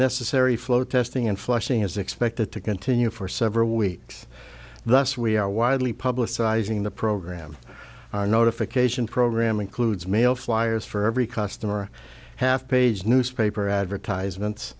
necessary flow testing and flushing is expected to continue for several weeks thus we are widely publicised in the program our notification program includes mail flyers for every customer half page newspaper advertisements